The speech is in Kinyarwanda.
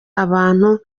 abantu